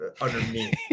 underneath